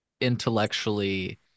intellectually